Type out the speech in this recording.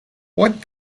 what